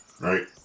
right